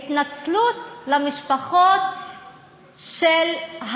התנצלות למשפחות של,